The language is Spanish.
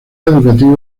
educativa